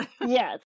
Yes